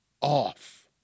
off